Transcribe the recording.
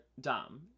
dumb